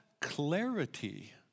clarity